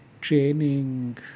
training